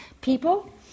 people